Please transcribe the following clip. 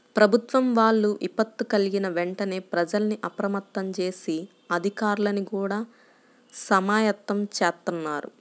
ప్రభుత్వం వాళ్ళు విపత్తు కల్గిన వెంటనే ప్రజల్ని అప్రమత్తం జేసి, అధికార్లని గూడా సమాయత్తం జేత్తన్నారు